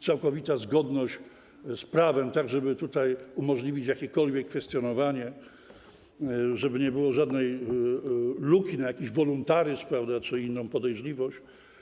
całkowita zgodność z prawem, tak żeby uniemożliwić jakiekolwiek kwestionowanie, żeby nie było żadnej luki na jakiś woluntaryzm czy inną podejrzliwość.